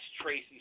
Tracy